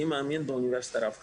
אני מאמין באוניברסיטה רב קמפוסית.